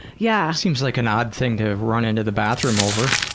yeah seems like an odd thing to run into the bathroom over.